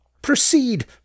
Proceed